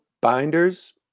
binders